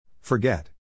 Forget